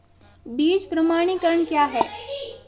बीज प्रमाणीकरण क्या है?